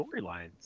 storylines